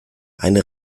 eine